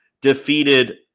defeated